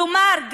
כלומר,